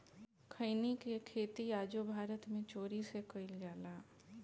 खईनी के खेती आजो भारत मे चोरी से कईल जाला